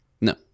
no